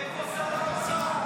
איפה שר האוצר?